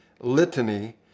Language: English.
litany